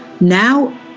Now